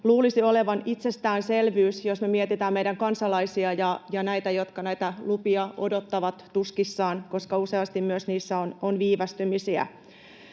luulisi olevan itsestäänselvyys, kun me mietitään meidän kansalaisia ja heitä, jotka näitä lupia odottavat tuskissaan, koska useasti myös niissä on viivästymisiä.